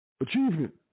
Achievement